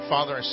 Father